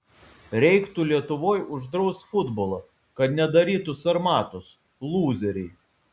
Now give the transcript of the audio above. reiktų lietuvoj uždraust futbolą kad nedarytų sarmatos lūzeriai